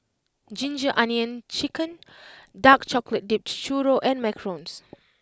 Ginger Onions Chicken Dark Chocolate Dipped Churro and Macarons